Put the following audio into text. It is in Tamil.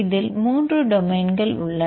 இதில் மூன்று டொமைன்கள் உள்ளன